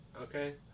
okay